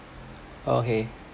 okay